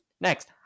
next